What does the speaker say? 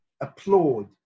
applaud